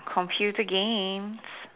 computer games